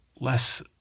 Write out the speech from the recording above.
less